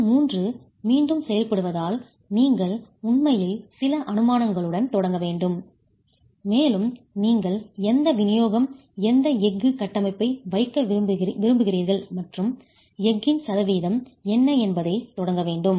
இடம் 3 மீண்டும் செயல்படுவதால் நீங்கள் உண்மையில் சில அனுமானங்களுடன் தொடங்க வேண்டும் மேலும் நீங்கள் எந்த விநியோகம் எந்த எஃகு கட்டமைப்பை வைக்க விரும்புகிறீர்கள் மற்றும் எஃகின் சதவீதம் என்ன என்பதைத் தொடங்க வேண்டும்